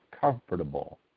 comfortable